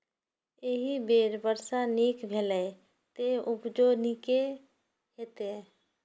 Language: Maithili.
एहि बेर वर्षा नीक भेलैए, तें उपजो नीके हेतै